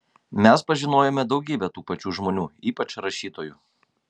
mes pažinojome daugybę tų pačių žmonių ypač rašytojų